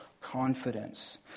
confidence